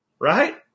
Right